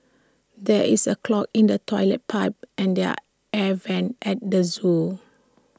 there is A clog in the Toilet Pipe and the are air Vents at the Zoo